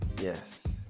Yes